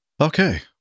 Okay